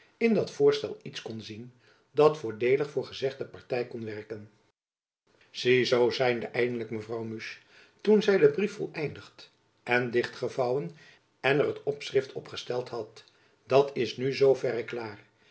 in dat voorstel iets kon zien dat voordeelig voor gezegde party kon werken zie zoo zeide eindelijk mevrouw musch toen zy den brief voleindigd en dichtgevouwen en er het opschrift op gesteld had dat is nu zoo verre klaar